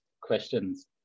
questions